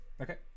okay